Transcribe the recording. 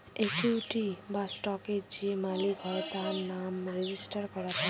equity বা স্টকের যে মালিক হয় তার নাম রেজিস্টার করা থাকে